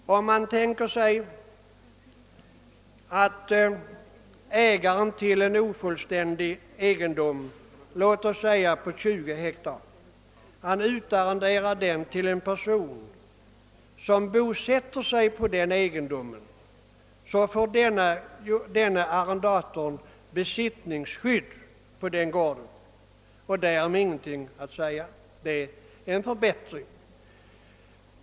Om man tänker sig att ägaren till en ofullständig egendom, låt oss säga på 20 hektar, utarrenderar den till en person som bosätter sig på den egendomen, får denne arrendator besittningsskydd i fråga om den gården, och därom är ingenting att säga. Det innebär en förbättring.